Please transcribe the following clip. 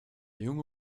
junge